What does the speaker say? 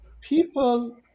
people